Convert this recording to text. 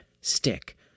stick